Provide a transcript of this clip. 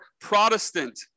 Protestant